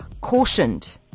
cautioned